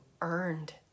earned